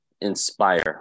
Inspire